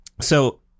So-